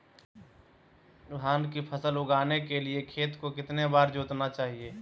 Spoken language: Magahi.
धान की फसल उगाने के लिए खेत को कितने बार जोतना चाइए?